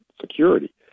security